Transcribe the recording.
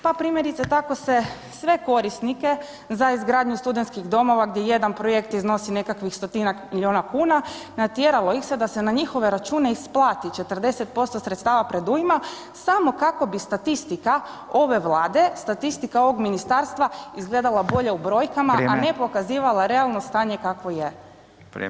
Pa primjerice tako se sve korisnike za izgradnju studentskih domova gdje jedan projekt iznosi nekakvih stotinjak milijuna kuna, natjeralo ih se da se njihove račune isplati 40% sredstava predujma samo kako bi statistika ove Vlade, statistika ovog ministarstva izgledala bolje u brojkama a ne pokazivala realno stanje kakvo je.